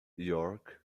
york